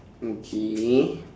okay